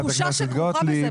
חברת הכנסת גוטליב.